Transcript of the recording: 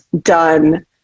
done